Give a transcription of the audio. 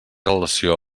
relació